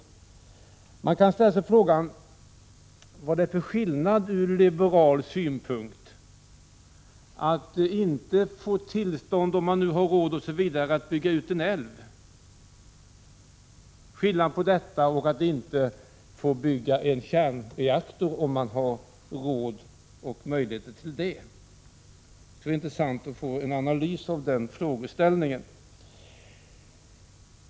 Det finns anledning att ställa frågan vad det är för skillnad ur liberal synpunkt mellan att inte få tillstånd, om man nu har råd osv., att bygga ut en älv och att inte få bygga en kärnreaktor, om man har råd och möjligheter till detta. Det skulle vara intressant att få en analys av den frågeställningen.